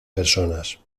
personas